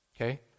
Okay